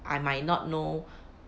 I might not know